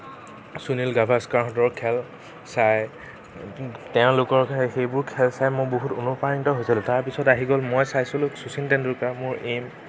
সুনিল গাভাস্কাৰহঁতৰ খেল চায় তেওঁলোকৰ সেই সেইবোৰ খেল চাই মই বহুত অনুপ্ৰাণিত হৈছিলোঁ তাৰপিছত আহি গ'ল মই চাইছিলোঁ শচীণ তেণ্ডুলকাৰ মোৰ এইম